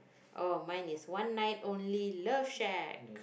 oh mine is one night only love shack